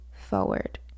forward